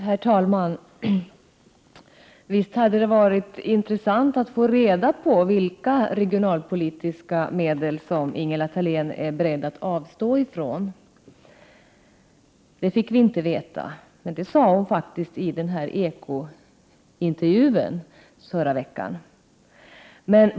Herr talman! Visst hade det varit intressant att få reda på vilka regionalpolitiska medel som Ingela Thalén är beredd att avstå från vid en anpassning till EG. Det framgick inte enligt svaret, men det berättade hon faktiskt förra veckan i en Eko-intervju.